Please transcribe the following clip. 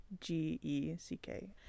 G-E-C-K